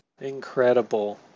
Incredible